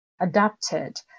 adapted